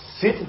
sit